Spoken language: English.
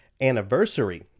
anniversary